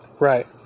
Right